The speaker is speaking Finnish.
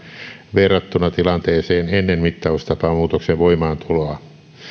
verrattuna tilanteeseen ennen mittaustapamuutoksen voimaantuloa